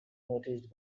noticed